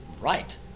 Right